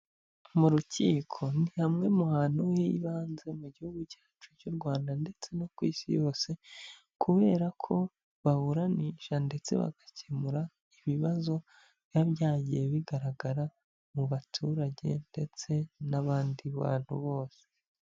Mu rukiko ni hamwe mu hantu h'ibanze mu gihugu cyacu cy'u Rwanda ndetse no ku isi yose, kubera ko baburanisha ndetse bagakemura ibibazo biba byagiye bigaragara mu baturage ndetse n'abandi bantu bose.